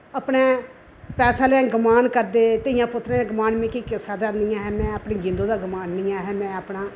अपने पैसे आह्ले गोमान करदे धिये पुत्रे में किसे दा निं ऐ में अपनी जिंदे दा गोमान निं एह् में अपना